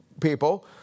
people